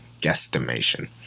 guesstimation